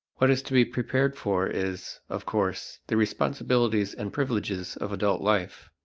what is to be prepared for is, of course, the responsibilities and privileges of adult life.